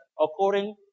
according